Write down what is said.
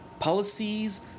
policies